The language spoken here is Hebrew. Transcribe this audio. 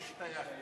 השתייכתי.